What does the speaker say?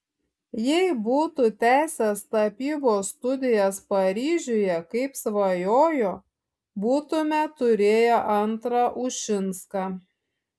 jei būtų tęsęs tapybos studijas paryžiuje kaip svajojo būtumėme turėję antrą ušinską